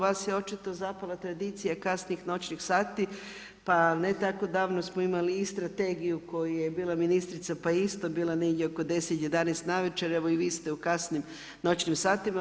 Vas je očito zapala tradicija kasnih noćnih sati, pa ne tako davno smo imali i strategiju koje je bila ministrica, pa je isto bila negdje oko 10, 11 navečer, evo i vi ste kasnim noćnim satima.